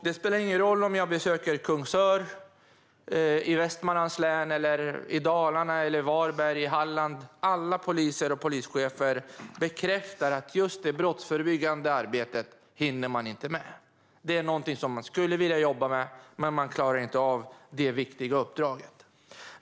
Det spelar ingen roll om jag besöker Kungsör i Västmanlands län eller Dalarna eller Varberg i Halland. Alla poliser och polischefer bekräftar att man inte hinner med just det brottsförebyggande arbetet. Det är någonting som man skulle vilja jobba med, men man klarar inte av det viktiga uppdraget.